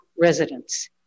residents